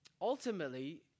ultimately